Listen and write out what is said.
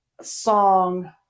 song